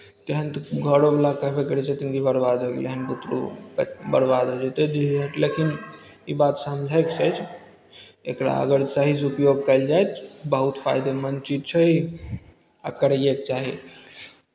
तखन तऽ घरोवला कहबे करै छै जिन्दगी बरबाद हो गेलै हन बुतरू बरबाद हो जयतै लेकिन ई बात समझयके छै एकरा अगर सहीसँ उपयोग कयल जाय बहुत फायदेमन्द चीज छै ई आ करैएके चाही